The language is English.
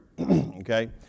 okay